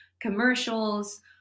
commercials